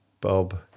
Bob